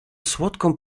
słodką